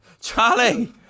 charlie